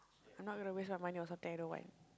I'm not gonna waste my money on something I don't want